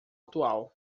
atual